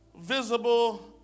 visible